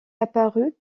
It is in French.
apparu